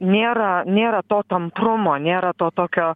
nėra nėra to tamprumo nėra to tokio